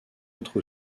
autre